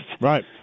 Right